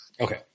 Okay